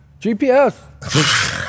GPS